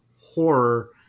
horror